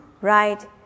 right